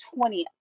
20th